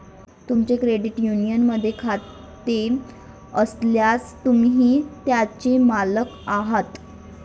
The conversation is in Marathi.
तुमचे क्रेडिट युनियनमध्ये खाते असल्यास, तुम्ही त्याचे मालक आहात